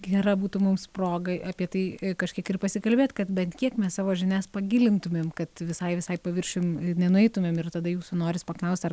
gera būtų mums progai apie tai kažkiek ir pasikalbėt kad bent kiek mes savo žinias pagilintumėm kad visai visai paviršium nenueitumėm ir tada jūsų noris paklaust ar